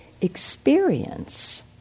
experience